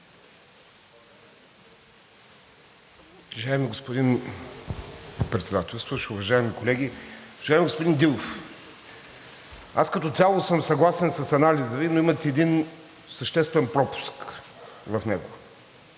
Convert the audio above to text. Уважаеми господин Председателстващ, уважаеми колеги! Уважаеми господин Дилов, аз като цяло съм съгласен с анализа Ви, но имате един съществен пропуск в него